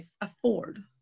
afford